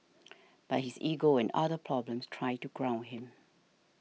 but his ego and other problems try to ground him